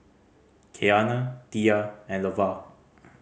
Keanna Tilla and Levar